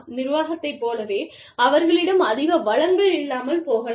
நிர்வாகத்தைப் போலவே அவர்களிடம் அதிக வளங்கள் இல்லாமல் போகலாம்